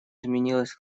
изменилась